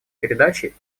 передачи